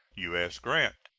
u s. grant.